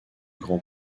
grand